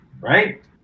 right